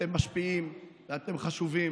אתם משפיעים ואתם חשובים,